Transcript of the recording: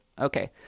okay